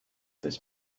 this